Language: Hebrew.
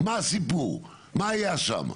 מה הסיפור, מה היה שם?